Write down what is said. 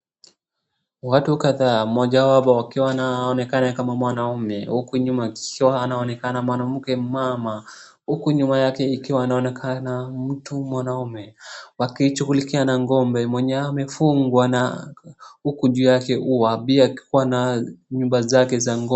Watu kadhaa, mmoja wapo akiwa anaonekana kama mwanaume, huku nyuma akiwa anaonekana mwanamke mama. Huku nyuma yake ikiwa anaonenaka mtu mwanaume, wakishughulikia ngombe mwenye amefungwa na, uku juu yake ua pia akiwa na nyumba zake za ngombe.